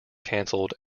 canceled